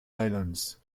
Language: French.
islands